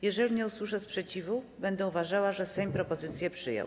Jeżeli nie usłyszę sprzeciwu, będę uważała, że Sejm propozycję przyjął.